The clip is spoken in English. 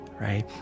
right